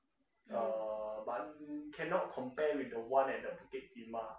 uh but cannot compare with the one at the bukit timah